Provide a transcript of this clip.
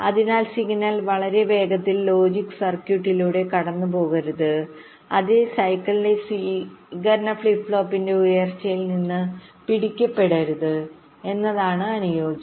അതിനാൽ സിഗ്നൽ വളരെ വേഗത്തിൽ ലോജിക് സർക്യൂട്ടിലൂടെ കടന്നുപോകരുത് അതേ സൈക്കിളിന്റെ സ്വീകരിക്കുന്ന ഫ്ലിപ്പ് ഫ്ലോപ്പിന്റെ ഉയർച്ചയിൽ നിന്ന് പിടിക്കപ്പെടരുത് എന്നതാണ് അനുയോജ്യം